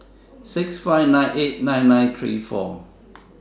six five nine eight nine nine three four